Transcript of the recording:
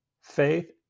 faith